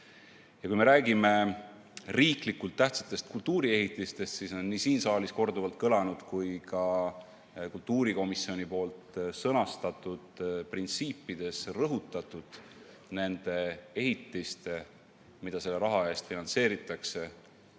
Ja kui me räägime riiklikult tähtsatest kultuuriehitistest, siis on nii siin saalis korduvalt kõlanud kui ka kultuurikomisjoni sõnastatud printsiipides rõhutatud nende ehitiste, mida selle raha eest finantseeritakse,